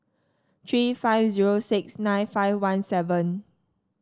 three five zero six nine five one seven